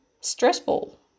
stressful